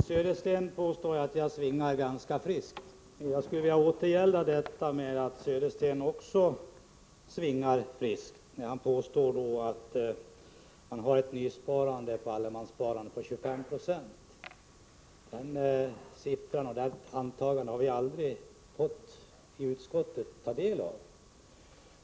Herr talman! Bo Södersten säger att jag svingar ganska friskt. Jag skulle vilja återgälda detta med att Bo Södersten också svingar friskt när han påstår att man har ett nysparande i allemanssparandet på 25 70. Den uppgiften har vi aldrig fått ta del av i utskottet. Huruvida